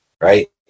right